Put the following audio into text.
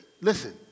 Listen